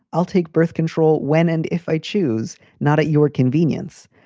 i'll take birth control when and if i choose. not at your convenience.